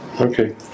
Okay